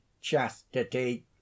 chastity